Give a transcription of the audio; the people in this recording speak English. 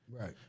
Right